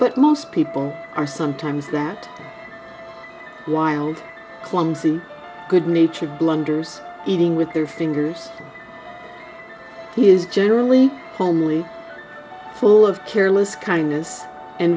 but most people are sometimes that wild clumsy good natured blunders eating with their fingers he is generally only full of careless kindness and